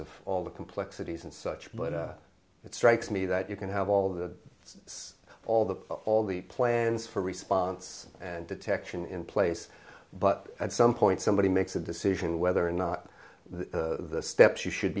of all the complexities and such but it strikes me that you can have all the it's all the all the plans for response and detection in place but at some point somebody makes a decision whether or not the steps you should